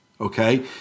Okay